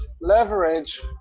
leverage